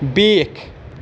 بیکھۍ